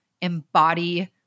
embody